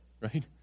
right